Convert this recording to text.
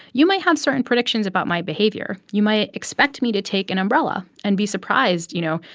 you might have certain predictions about my behavior. you might expect me to take an umbrella and be surprised, you know,